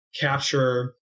capture